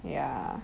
ya